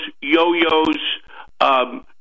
yo-yos